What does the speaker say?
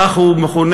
כך הוא מכונה.